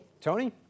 Tony